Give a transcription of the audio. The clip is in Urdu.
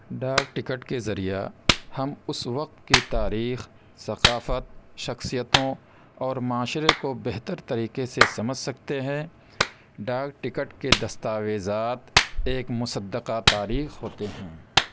ڈاک ٹکٹ کے ذریعہ ہم اس وقت کی تاریخ ثقافت شخصیتوں اور معاشرے کو بہتر طریقے سے سمجھ سکتے ہیں ڈاک ٹکٹ کے دستاویزات ایک مصدقہ تاریخ ہوتے ہیں